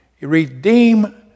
Redeem